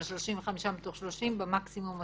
על 35 מתוך 30 מקסימום עשרה.